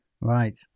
Right